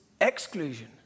exclusion